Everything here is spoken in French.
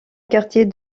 quartier